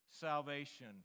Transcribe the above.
salvation